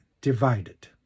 divided